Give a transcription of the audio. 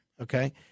okay